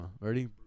Ready